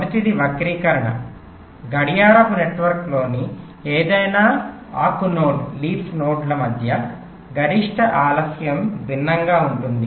మొదటిది వక్రీకరణ గడియారపు నెట్వర్క్లోని ఏదైనా ఆకు నోడ్ల మధ్య గరిష్ట ఆలస్యం భిన్నంగా ఉంటుంది